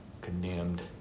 condemned